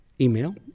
email